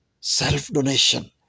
Self-donation